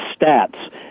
stats